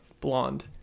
blonde